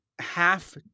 half